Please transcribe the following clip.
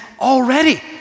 already